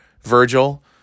Virgil